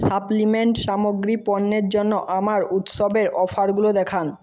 supplement সামগ্রী পণ্যের জন্য আমার উৎসবের অফারগুলো দেখান